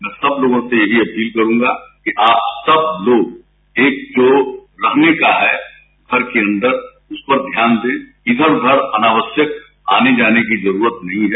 हम सब लोगों से यही अपील करूंगा आज सब लोग एक जो रहने का है घर के अंदर इसपर ध्यान दे इधर उघर आने जाने की जरूरत नहीं है